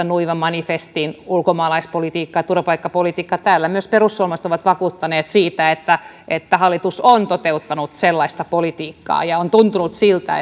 nuivan manifestin ulkomaalaispolitiikkaa ja turvapaikkapolitiikkaa täällä myös perussuomalaiset ovat vakuuttaneet että että hallitus on toteuttanut sellaista politiikkaa ja on tuntunut siltä